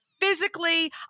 physically